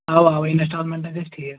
اَوا اَوا اِنسٹالمٮ۪نٹَن گژھِ ٹھیٖک